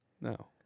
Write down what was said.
No